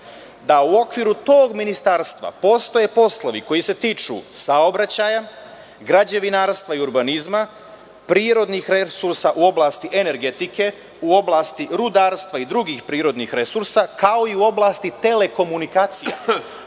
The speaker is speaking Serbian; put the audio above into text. da u okviru tog Ministarstva postoje poslovi koji se tiču saobraćaja, građevinarstva i urbanizma, prirodnih resursa u oblasti energetike, u oblasti rudarstva i drugih prirodnih resursa, kao i u oblasti telekomunikacija,